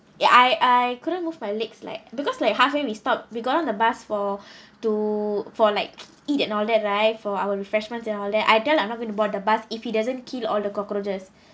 ya I I couldn't move my legs like because like halfway we stop we got off the bus for to for like eat and all that right for our refreshments and all that I tell I'm not going to board the bus if he doesn't kill all the cockroaches